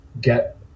get